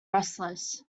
restless